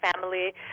family